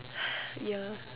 yeah